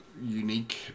unique